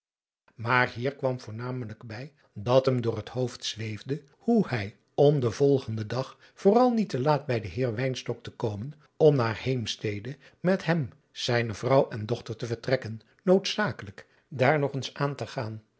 maar hier kwam voornamelijk bij dat hem door het hoofd zweefde hoe hij om den volgenden dag vooral niet te laat bij den heer wynstok te komen om naar heemstede met hem zijne vrouw en dochter te vertrekken noodzakelijk daar nog eens aan moest gaan